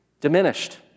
diminished